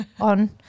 on